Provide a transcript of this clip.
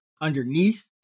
underneath